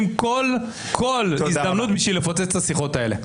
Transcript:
כל הזדמנות בשביל לפוצץ את השיחות האלה.